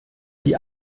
die